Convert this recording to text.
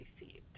received